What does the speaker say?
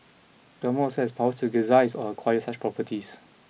government also has powers to gazette or acquire such properties